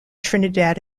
trinidad